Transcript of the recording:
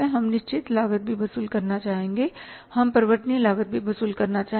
हम निश्चित लागत भी वसूल करना चाहेंगे हम परिवर्तनीय लागत भी वसूल करना चाहेंगे